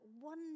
one